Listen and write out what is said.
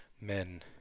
men